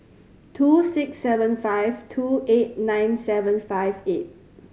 two six seven five two eight nine seven five eight